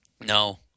No